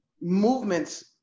movements